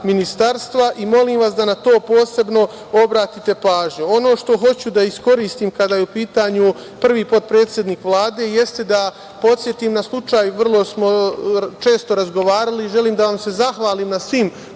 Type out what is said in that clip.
Molim vas da na to posebno obratite pažnju. Ono što hoću da iskoristim kada je u pitanju prvi potpredsednik Vlade, jeste da podsetim na slučaju, vrlo smo često razgovarali i želim da vam se zahvalim na svim